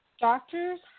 doctors